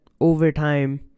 overtime